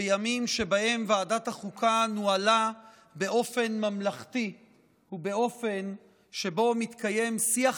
בימים שבהם ועדת החוקה נוהלה באופן ממלכתי ובאופן שבו מתקיים שיח